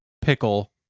pickle